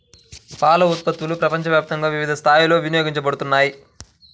పాల ఉత్పత్తులు ప్రపంచవ్యాప్తంగా వివిధ స్థాయిలలో వినియోగించబడుతున్నాయి